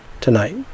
tonight